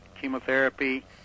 chemotherapy